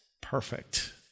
perfect